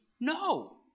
no